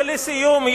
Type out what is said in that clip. ולסיום,